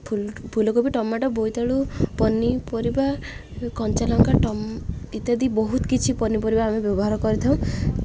ଫୁଲ ଫୁଲକୋବି ଟମାଟୋ ବୋଇତାଳୁ ପନିପରିବା କଞ୍ଚା ଲଙ୍କା ଟ ଇତ୍ୟାଦି ବହୁତ କିଛି ପନିପରିବା ଆମେ ବ୍ୟବହାର କରିଥାଉ